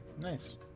Nice